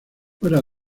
fuera